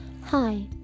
Hi